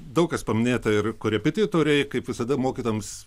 daug kas paminėta ir korepetitoriai kaip visada mokytojams